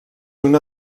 una